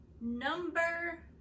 Number